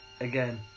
again